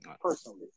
personally